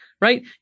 right